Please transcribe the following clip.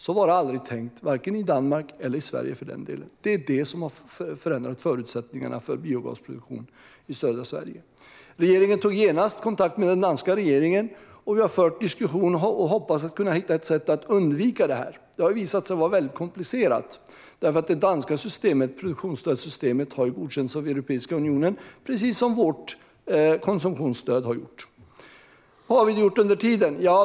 Så var det aldrig tänkt, vare sig i Danmark eller i Sverige, och det är detta som har ändrat förutsättningarna för biogasproduktion i södra Sverige. Regeringen tog genast kontakt med den danska regeringen, och vi har fört diskussioner och hoppas kunna hitta ett sätt att undvika detta. Det har visat sig vara komplicerat därför att det danska systemet med produktionsstöd har godkänts av Europeiska unionen, precis som vårt konsumtionsstöd har gjort. Vad har vi gjort under tiden?